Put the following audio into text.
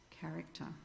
character